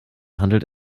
handelt